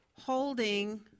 holding